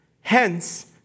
Hence